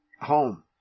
home